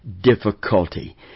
difficulty